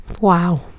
Wow